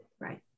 Right